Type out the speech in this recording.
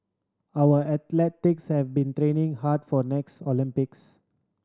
our have been training hard for the next Olympics